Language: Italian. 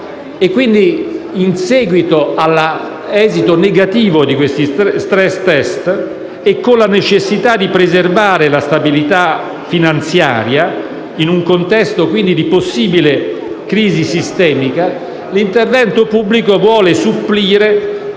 Quindi, in seguito all'esito negativo di questi *stress test* e con la necessità di preservare la stabilità finanziaria, in un contesto quindi di possibile crisi sistemica, l'intervento pubblico vuole supplire